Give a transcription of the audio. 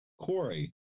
Corey